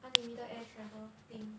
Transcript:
unlimited air travel thing